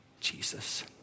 Jesus